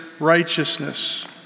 righteousness